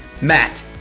Matt